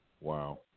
Wow